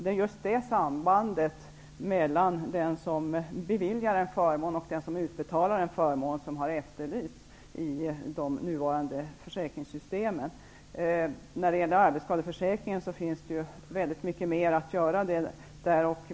Det är just det sambandet mellan den som beviljar en förmån och den som utbetalar en förmån som har efterlysts i de nuvarande försäkringssystemen. När det gäller arbetsskadeförsäkringen finns det väldigt mycket mer att göra.